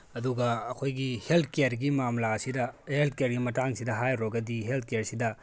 ꯑꯗꯨꯒ ꯑꯩꯈꯣꯏꯒꯤ ꯍꯦꯜꯠ ꯀꯦꯌꯔꯒꯤ ꯃꯥꯝꯂꯥ ꯑꯁꯤꯗ ꯍꯦꯜꯠ ꯀꯦꯌꯔꯒꯤ ꯃꯇꯥꯡꯁꯤꯗ ꯍꯥꯏꯔꯨꯔꯒꯗꯤ ꯍꯦꯜꯠ ꯀꯦꯌꯔꯁꯤꯗ